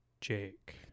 Jake